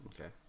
Okay